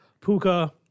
puka